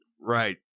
Right